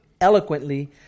eloquently